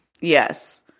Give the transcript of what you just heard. Yes